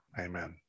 Amen